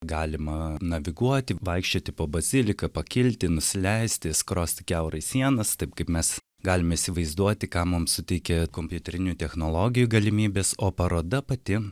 galima naviguoti vaikščioti po baziliką pakilti nusileisti skrosti kiaurai sienas taip kaip mes galim įsivaizduoti ką mums suteikia kompiuterinių technologijų galimybės o paroda pati